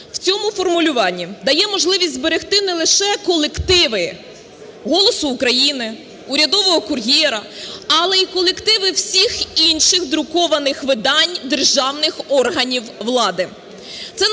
в цьому формулюванні дає можливість зберегти не лише колективи "Голосу України", "Урядового кур'єра", але й колективи всіх інших друкованих видань державних органів влади.